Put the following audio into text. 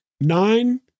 nine